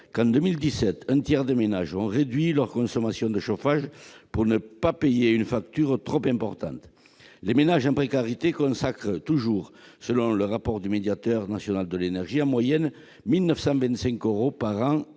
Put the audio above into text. qu'en 2017 un tiers des ménages ont réduit leur consommation de chauffage pour ne pas payer une facture trop importante. Les ménages en précarité consacrent, toujours selon le rapport du médiateur national de l'énergie, en moyenne 1 925 euros par an